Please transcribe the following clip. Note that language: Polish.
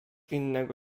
innego